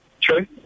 True